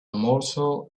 morsel